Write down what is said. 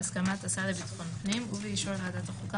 בהסכמת השר לביטחון הפנים ובאישור ועדת החוקה